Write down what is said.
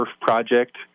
project